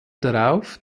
darauf